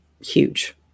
huge